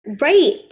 Right